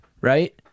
Right